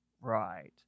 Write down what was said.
Right